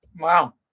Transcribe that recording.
Wow